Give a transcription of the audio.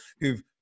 who've